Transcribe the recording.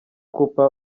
cooper